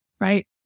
Right